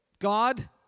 God